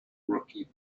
rookie